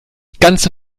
ganze